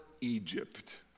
Egypt